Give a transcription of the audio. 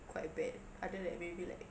quite bad other than maybe like